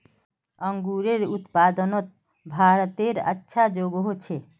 अन्गूरेर उत्पादनोत भारतेर अच्छा जोगोह छे